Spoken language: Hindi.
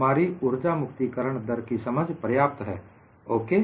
हमारी ऊर्जा मुक्ति करण दर की समझ पर्याप्त है ओके